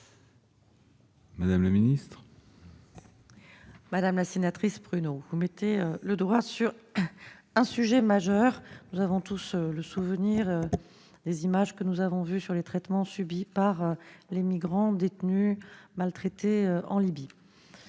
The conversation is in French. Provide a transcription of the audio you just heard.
Mme la ministre. Madame la sénatrice Prunaud, vous mettez le doigt sur un sujet majeur. Nous avons tous le souvenir des images que nous avons vues sur les traitements subis par les migrants détenus, maltraités en Libye.